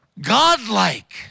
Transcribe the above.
Godlike